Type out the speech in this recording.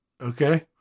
okay